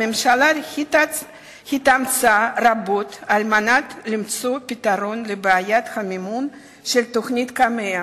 הממשלה התאמצה רבות על מנת למצוא פתרון לבעיית המימון של תוכנית קמ"ע,